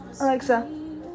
Alexa